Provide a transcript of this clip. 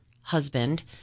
husband